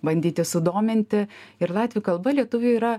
bandyti sudominti ir latvių kalba lietuviui yra